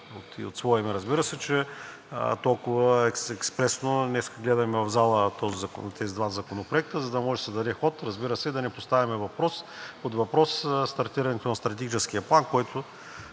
от свое име, разбира се, че толкова експресно днес гледаме в залата тези два законопроекта, за да може да се даде ход, разбира се, да не поставяме под въпрос стартирането на Стратегическия план, по който